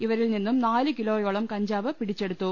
ഇവരിൽ നിന്നും നാലു കിലോയോളം കഞ്ചാവ് പിടിച്ചെടുത്തു